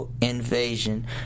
Invasion